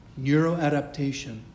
Neuroadaptation